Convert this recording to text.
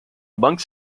monks